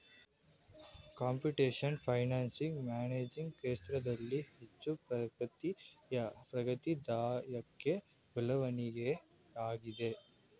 computation financing ವಾಣಿಜ್ಯ ಕ್ಷೇತ್ರದಲ್ಲಿ ಹೆಚ್ಚು ಪ್ರಗತಿದಾಯಕ ಬೆಳವಣಿಗೆಯಾಗಿದೆ